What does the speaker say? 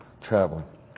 traveling